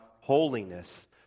holiness